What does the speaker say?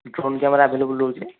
drone camera available ରହୁଛି